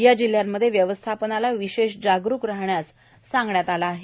या जिल्ह्यांमध्ये व्यवस्थापनाला विशेष जागरूक राहण्यास सांगण्यात आलं आहे